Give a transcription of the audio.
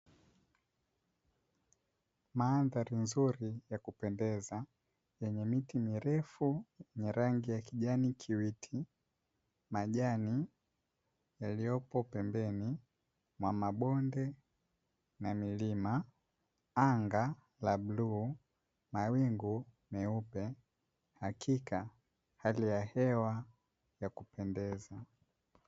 Mandhari nzuri ya kupendeza yenye miti mirefu yenye rangi ya kijani kiwiti, majani yaliyopo pembeni mwa mabonde na milima anga la bluu, mawingu meupe hakika hali ya hewa ya kupendeza.